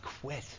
quit